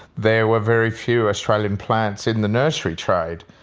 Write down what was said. there were very few australian plants in the nursery trade.